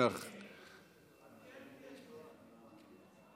מי ביקש שמית?